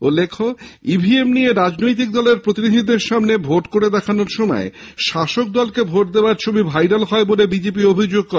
উল্লেখ্য ইভিএম নিয়ে রাজনৈতিক দলের প্রতিনিধিদের সামনে ভোট করে দেখানোর সময় শাসকদলকে ভোট দেওয়ার ছবি ভাইরাল হয় বলে বিজেপি অভিযোগ করে